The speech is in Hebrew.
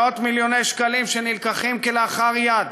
מאות-מיליוני שקלים שנלקחים כלאחר יד